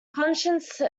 conscience